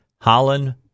Holland